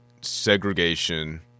segregation